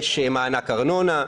יש מענק ארנונה,